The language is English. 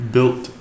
Built